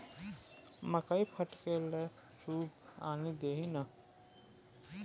मकई फटकै लए सूप आनि दही ने